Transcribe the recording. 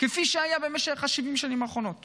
כפי שהיה במשך 70 השנים האחרונות